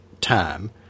time